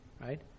Right